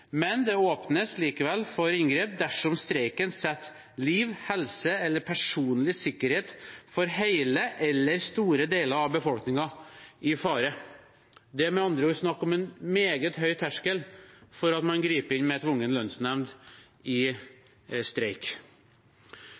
Men det åpnes likevel for inngrep dersom streiken setter liv, helse eller personlig sikkerhet for hele eller store deler av befolkningen i fare. Det er med andre ord snakk om en meget høy terskel for å gripe inn med tvungen lønnsnemnd i streik.